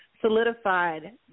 solidified